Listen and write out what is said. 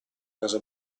casa